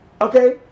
Okay